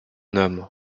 hommes